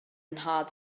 nhad